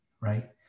right